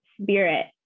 spirit